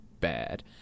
bad